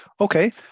Okay